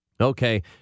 Okay